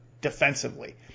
defensively